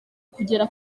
kugera